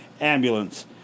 ambulance